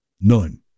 None